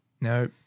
No